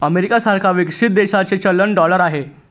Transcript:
America सारख्या विकसित देशाचे चलन डॉलर आहे